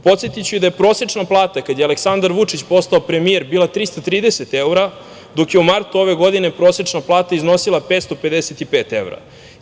Podsetiću i da je prosečna plata, kada je Aleksandar Vučić postao premijer, bila 330 evra, dok je u martu ove godine prosečna plata iznosila 555 evra.